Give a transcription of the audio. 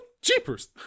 jeepers